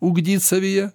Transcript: ugdyt savyje